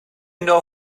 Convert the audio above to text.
know